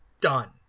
done